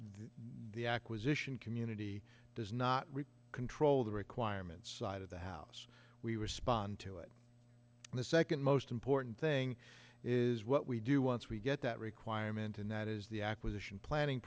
day acquisition community does not really control the requirements side of the house we respond to it and the second most important thing is what we do once we get that requirement and that is the acquisition planning